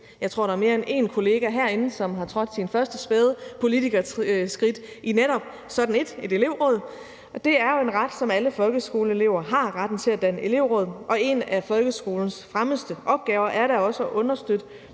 Jeg tror, at der er mere end én kollega herinde, som har taget sine første spæde politikerskridt i netop et elevråd. Det er jo en ret, som alle folkeskoleelever har, retten til at danne elevråd, og en af folkeskolens fremmeste opgaver er da også at understøtte